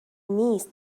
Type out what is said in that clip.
نیست